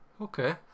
Okay